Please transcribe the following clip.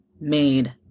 made